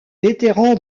vétéran